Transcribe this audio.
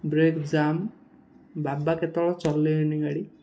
brake jam ବାବା କେତେବେଳେ ଚଲେଇନି ଗାଡ଼ି